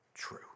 true